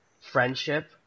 friendship